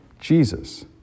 Jesus